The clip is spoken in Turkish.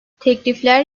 teklifler